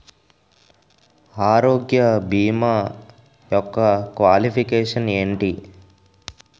ఆరోగ్య భీమా యెక్క క్వాలిఫికేషన్ ఎంటి?